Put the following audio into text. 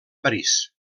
parís